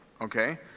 Okay